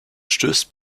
stößt